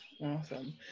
awesome